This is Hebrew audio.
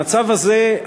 המצב הזה,